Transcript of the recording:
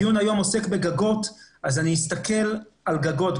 הדיון היום עוסק בגגות אז אני אסתכל על גגות.